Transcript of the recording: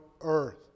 earth